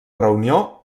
reunió